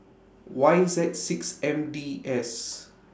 Y Z six M D S